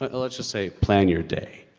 but let's just say, plan your day?